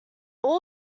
all